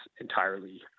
entirely